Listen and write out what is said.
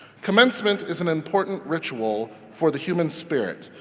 commencement is an important ritual for the human spirit,